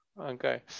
Okay